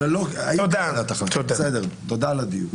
אני אסיים.